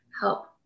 help